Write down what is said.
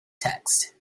text